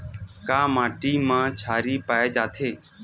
का माटी मा क्षारीय पाए जाथे?